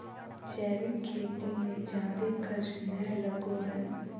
जैविक खेती मे जादे खर्च नय लगो हय